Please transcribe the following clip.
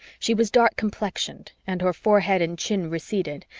she was dark-complexioned and her forehead and chin receded,